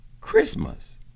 Christmas